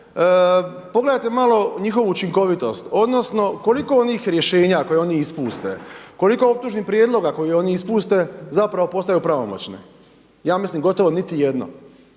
Pogledajte malo njihovu učinkovitost, odnosno koliko onih rješenja koje oni ispuste, koliko optužnih prijedloga koje oni ispuste zapravo postaju pravomoćne. Ja mislim gotovo niti jedna.